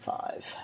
five